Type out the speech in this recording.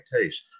taste